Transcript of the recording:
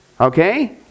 Okay